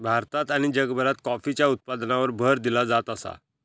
भारतात आणि जगभरात कॉफीच्या उत्पादनावर भर दिलो जात आसा